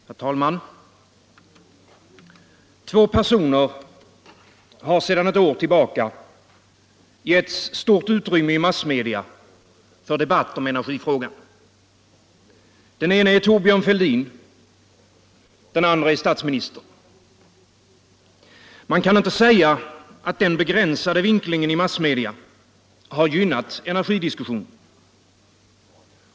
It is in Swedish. Herr talman! Två personer har sedan ett år tillbaka getts stort utrymme i massmedia för debatt om energifrågan. Den ene är Thorbjörn Fälldin. Den andre är statsministern. Man kan inte säga att den begränsade vinklingen i massmedia har gynnat energidiskussionen.